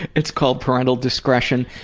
it's called parental discretion.